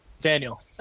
Daniel